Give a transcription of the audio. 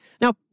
Now